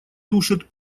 тушит